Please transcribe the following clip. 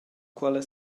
quella